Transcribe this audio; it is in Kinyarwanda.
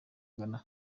ghana